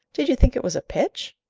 did you think it was a pitch?